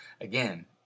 Again